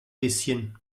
bisschen